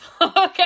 Okay